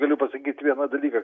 galiu pasakyt vieną dalyką